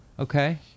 Okay